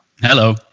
hello